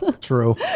True